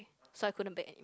so I couldn't bake anymore